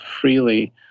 freely